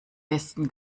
besten